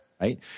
Right